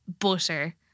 Butter